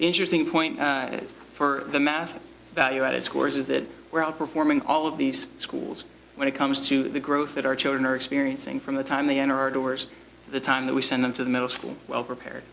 interesting point for the math value added scores that were outperforming all of these schools when it comes to the growth that our children are experiencing from the time they enter our doors the time that we send them to the middle school well prepared